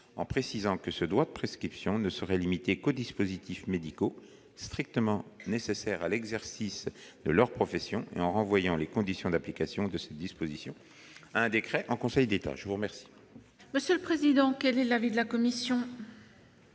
en précisant que ce droit de prescription ne serait limité qu'aux dispositifs médicaux strictement nécessaires à l'exercice de leur profession et en renvoyant les conditions d'application de ces dispositions à un décret en Conseil d'État. Quel est l'avis de la commission ?